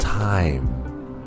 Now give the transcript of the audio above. time